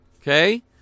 okay